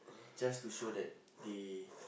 just to show that they